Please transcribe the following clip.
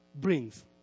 brings